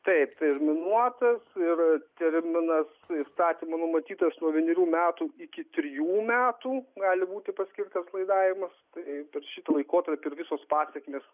taip terminuotas ir terminas įstatymo numatytas nuo vienerių metų iki trijų metų gali būti paskirtas laidavimas tai per šitą laikotarpį ir visos pasekmės